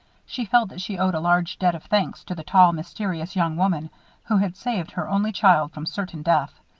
she felt that she owed a large debt of thanks to the tall, mysterious young woman who had saved her only child from certain death.